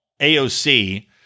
AOC